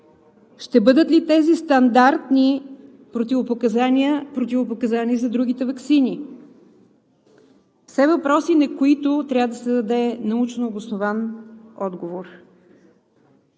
Ще бъдат ли тези стандартни противопоказания, противопоказания и за другите ваксини? Все въпроси, на които трябва да се даде научнообоснован отговор.